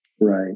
Right